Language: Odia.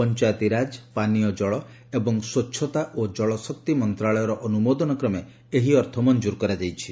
ପଞ୍ଚାୟତିରାଜ ପାନୀୟ ଜଳ ଏବଂ ସ୍ୱଚ୍ଚତା ଓ ଜଳଶକ୍ତି ମନ୍ତ୍ରାଳୟର ଅନୁମୋଦନ କ୍ରମେ ଏହି ଅର୍ଥ ମଙ୍କୁର କରାଯାଇଛି